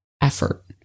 effort